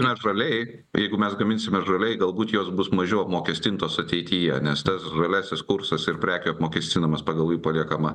natūraliai jeigu mes gaminsime žaliai galbūt jos bus mažiau apmokestintos ateityje nes tas žaliasis kursas ir prekių apmokestinimas pagal jų paliekamą